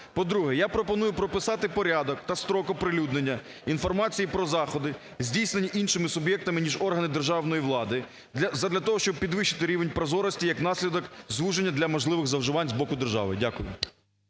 По-друге, я пропоную прописати порядок та строк оприлюднення інформації про заходи здійснені іншими суб'єктами, ніж органи державної влади, задля того щоб підвищити рівень прозорості, як наслідок, звуження для можливих зловживань з боку держави. Дякую.